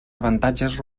avantatges